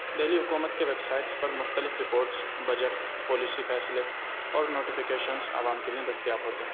دہلی حکومت کے ویبسائٹس پر مختلف رپورٹس بجٹ پالیسی فیصلے اور نوٹیفیکیشنز عوام کے لیے دستیاب ہوتے ہیں